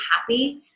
happy